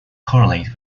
correlate